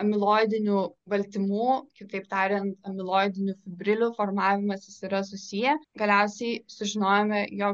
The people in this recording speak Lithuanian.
amiloidinių baltymų kitaip tariant amiloidinių fibrilių formavimasis yra susiję galiausiai sužinojome jog